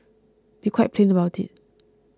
be quite plain about it